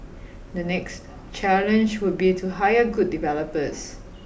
the next challenge would be to hire good developers